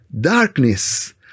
darkness